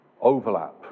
overlap